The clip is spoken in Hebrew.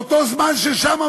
מאותו זמן ששם,